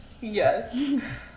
Yes